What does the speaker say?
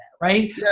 right